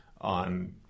on